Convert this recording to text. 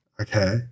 Okay